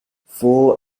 four